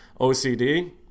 OCD